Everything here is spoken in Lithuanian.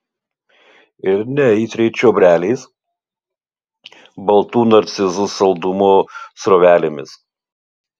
ir neaitriai čiobreliais baltų narcizų saldumo srovelėmis